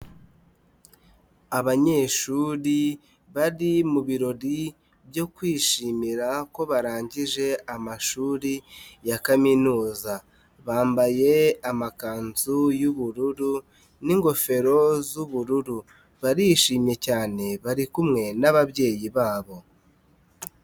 Abanyeshuri bari mubirori byo kwishimira ko barangije amashuri ya kaminuza, bambaye amakanzu y'ubururu n'ingofero z'ubururu barishimye cyane bari kumwe n'ababyeyi babo.